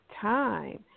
time